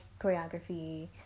choreography